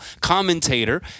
commentator